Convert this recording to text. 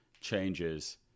changes